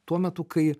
tuo metu kai